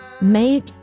make